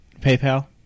PayPal